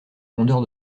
rondeurs